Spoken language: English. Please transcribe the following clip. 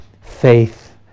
faith